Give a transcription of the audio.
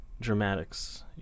dramatics